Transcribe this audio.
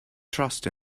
trust